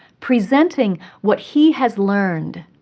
presenting what he has learned,